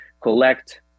collect